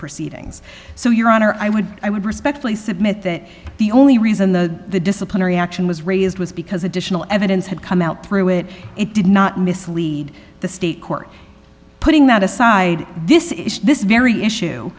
proceedings so your honor i would i would respectfully submit that the only reason the disciplinary action as raised was because additional evidence had come out through it it did not mislead the state court putting that aside this issue this very issue